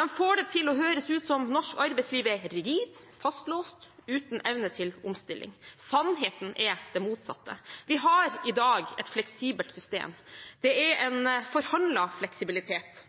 De får det til å høres ut som om norsk arbeidsliv er rigid, fastlåst og uten evne til omstilling. Sannheten er det motsatte: Vi har i dag et fleksibelt system. Det er en forhandlet fleksibilitet.